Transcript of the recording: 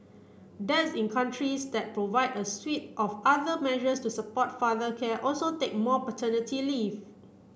dads in countries that provide a suite of other measures to support father care also take more paternity leave